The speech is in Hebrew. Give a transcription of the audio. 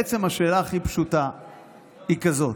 בעצם השאלה הכי פשוטה היא כזאת: